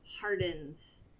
hardens